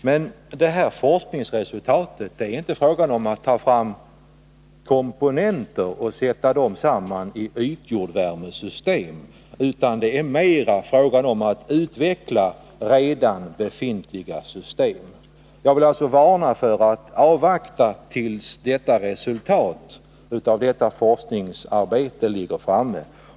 Men för att detta forskningsresultat skall nås är det inte fråga om att ta fram komponenter och sätta dem samman i ytjordvärmesystem. Det är mera fråga om att utveckla redan befintliga system. Jag vill alltså varna för att avvakta tills resultatet av Nr 36 detta forskningsarbete föreligger.